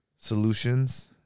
solutions